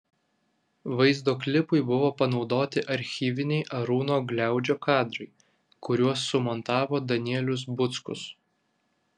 vaizdo klipui buvo panaudoti archyviniai arūno gliaudžio kadrai kuriuos sumontavo danielius buckus